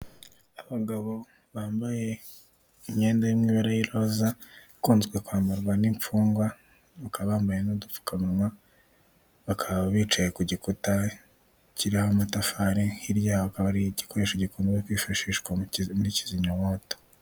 Abagabo bambaye imyenda y'mye bara ry'roza ikunzwe kwamburwa n'imfungwa bakaba bambaye n'udupfukawa bakaba bicaye ku gikuta kiriho amatafari hirya hakaba ari igikoresho gikunze kwifashishwa muri ikizimyamwoto